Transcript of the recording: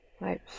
right